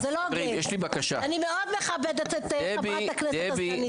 אני מאוד מכבדת את חברת הכנסת הסגנית.